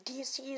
DC's